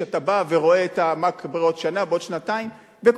שאתה בא ורואה מה בעוד שנה ובעוד שנתיים.